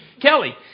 Kelly